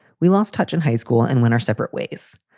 we lost touch in high school and went our separate ways.